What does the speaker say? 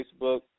Facebook